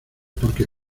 porque